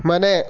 ಮನೆ